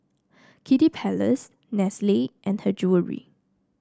Kiddy Palace Nestle and Her Jewellery